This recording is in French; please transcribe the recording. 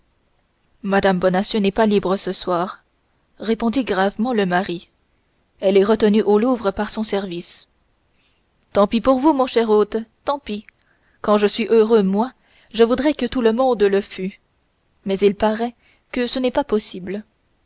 mme bonacieux n'est pas libre ce soir répondit gravement le mari elle est retenue au louvre par son service tant pis pour vous mon cher hôte tant pis quand je suis heureux moi je voudrais que tout le monde le fût mais il paraît que ce n'est pas possible